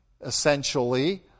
essentially